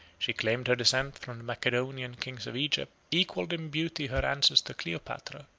she claimed her descent from the macedonian kings of egypt, equalled in beauty her ancestor cleopatra,